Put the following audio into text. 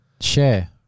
share